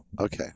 Okay